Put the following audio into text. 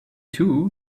too